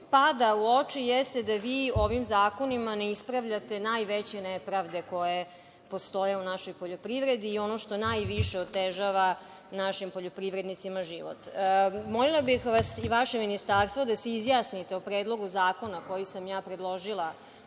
upada u oči jeste da vi ovim zakonima ne ispravljate najveće nepravde koje postoje u našoj poljoprivredi i ono što najviše otežava našim poljoprivrednicima život. Molila bih vas i vaše ministarstvo da se izjasnite o predlogu zakona koji sam ja predložila